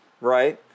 right